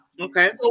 Okay